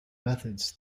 methods